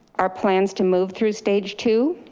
our plans to move through stage two,